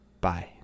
Bye